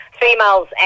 Females